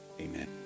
amen